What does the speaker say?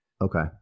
okay